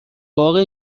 باغ